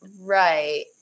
Right